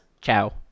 Ciao